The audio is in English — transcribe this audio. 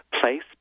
place